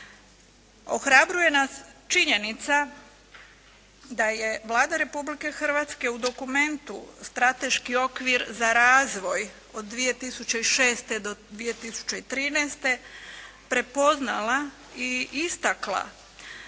Ohrabruje nas činjenica da je Vlada Republike Hrvatske u dokumentu Strateški okvir za razvoj od 2006. do 2013. prepoznala i istakla